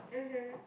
mmhmm